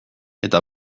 eta